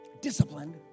disciplined